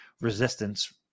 resistance